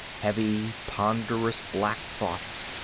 heavy, ponderous, black thoughts.